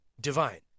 divine